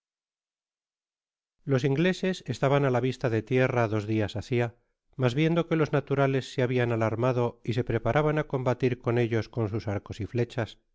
los ingleses estaban á la vista de tierra dos dias hacia mas viendo que jos naturales se habian alarmado y se preparaban á combatir con ellos con sus arcos y flechas